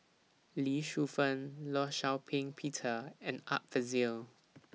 Lee Shu Fen law Shau Ping Peter and Art Fazil